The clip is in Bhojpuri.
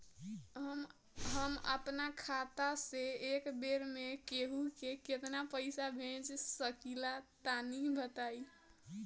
हम आपन खाता से एक बेर मे केंहू के केतना पईसा भेज सकिला तनि बताईं?